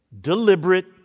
deliberate